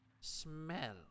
smell